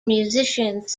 musicians